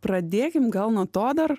pradėkim gal nuo to dar